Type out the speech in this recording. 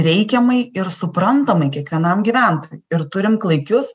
reikiamai ir suprantamai kiekvienam gyventojui ir turim klaikius